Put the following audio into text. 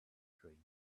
dream